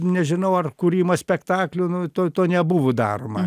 nežinau ar kūrimas spektaklių nu to to nebuvo daroma